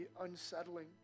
unsettling